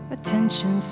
Attention